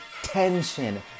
Tension